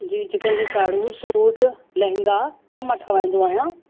जी चिकन जूं साड़ियूं सूट लहंगा सभु मां ठराहींदो आहियां